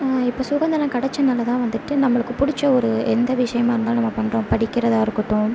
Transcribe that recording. இப்போ சுதந்திரம் கிடச்சனால தான் வந்துவிட்டு நம்மளுக்கு பிடிச்ச ஒரு எந்த விஷயமா இருந்தாலும் நம்ம பண்ணுறோம் படிக்கிறதாக இருக்கட்டும்